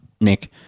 Nick